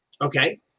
Okay